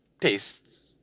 tastes